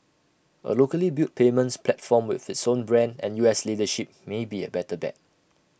A locally built payments platform with its own brand and U S leadership may be A better bet